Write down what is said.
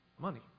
Money